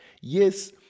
Yes